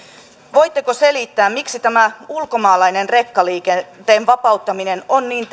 voitteko selittää miksi tämä ulkomaalaisen rekkaliikenteen vapauttaminen on niin